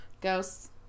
Ghosts